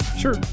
Sure